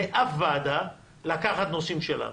לאף ועדה, לקחת נושאים שלנו.